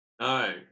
No